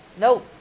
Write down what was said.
No